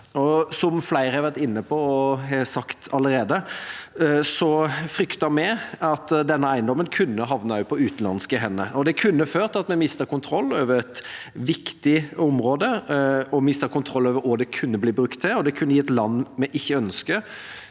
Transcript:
Som flere har vært inne på og har sagt allerede, fryktet vi at denne eiendommen kunne havne på utenlandske hender. Det kunne ført til at vi mistet kontroll over et viktig område og mistet kontroll over hva det kunne bli brukt til. Det kunne gitt land vi ikke ønsker